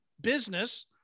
business